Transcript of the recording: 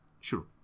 sure